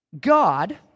God